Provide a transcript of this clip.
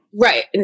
Right